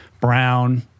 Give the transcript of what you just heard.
brown